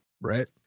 right